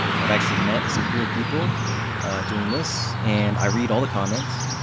i've actually met some cool people doing this, and i read all the comments,